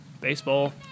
Baseball